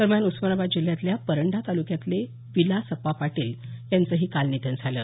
दरम्यान उस्मानाबाद जिल्ह्यातल्या परंडा तालुक्यातले विलासअप्पा पाटील यांचंही काल निधन झालं